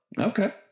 Okay